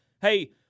Hey